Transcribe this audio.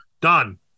done